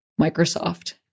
Microsoft